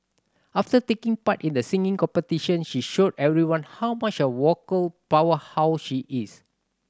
after taking part in the singing competition she showed everyone how much of a vocal powerhouse she is